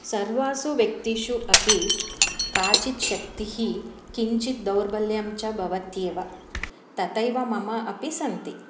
सर्वासु व्यक्तिषु अपि काचित् शक्तिः किञ्चित् दौर्बल्यं च भवत्येव तथैव मम अपि सन्ति